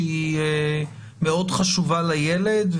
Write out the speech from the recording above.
שהיא מאוד חשובה לילד,